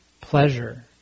pleasure